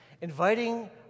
inviting